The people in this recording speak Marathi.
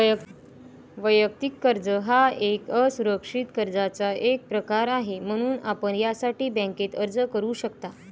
वैयक्तिक कर्ज हा एक असुरक्षित कर्जाचा एक प्रकार आहे, म्हणून आपण यासाठी बँकेत अर्ज करू शकता